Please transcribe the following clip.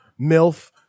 Milf